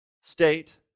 state